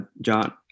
John